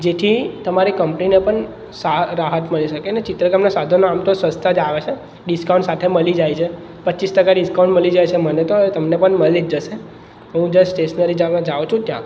જેથી તમારે કંપનીને પણ રાહત મળી શકે એને ચિત્રકામના સાધનો આમ તો સસ્તાં જ આવે છે ડીકાઉન્ટ સાથે મળી જાય છે પચીસ ટકા ડિસ્કાઉન્ટ મળી જાય છે મને તો એ તમને પણ મળી જ જશે હું જે સ્ટેસનરી જ્યાં હું જાઉં છું ત્યાં